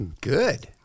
Good